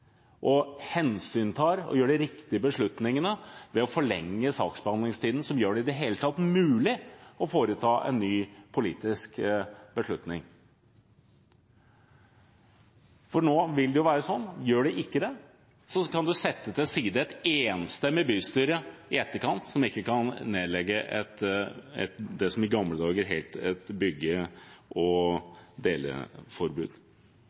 med, hensyntar og gjør de riktige beslutningene ved å forlenge saksbehandlingstiden, for i det hele tatt å gjøre det mulig å fatte en ny politisk beslutning. For nå vil det være slik at hvis en ikke gjør det, kan en i etterkant sette til side et enstemmig bystyre, som ikke kan nedlegge det som i gamle dager het et bygge-